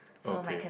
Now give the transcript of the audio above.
okay